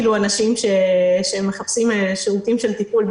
אנשים שמחפשים שירותים של טיפול,